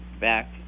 back